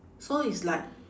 so it's like